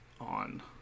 on